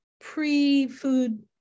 pre-food